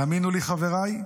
האמינו לי, חבריי,